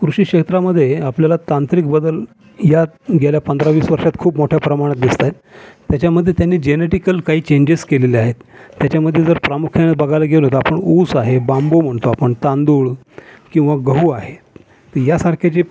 कृषी क्षेत्रामध्ये आपल्याला तांत्रिक बदल या गेल्या पंधरावीस वर्षात खूप मोठ्या प्रमाणात दिसत आहेत तेच्यामध्ये त्यांनी जेनेटिकल काही चेंजेस केलेले आहेत तेच्यामध्ये जर प्रामुख्यानं बघायला गेलो तर आपण ऊस आहे बांबू म्हणतो आपण तांदूळ किंवा गहू आहे तर यासारखे जे